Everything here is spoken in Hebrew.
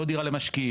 לא דירה למשקיעים.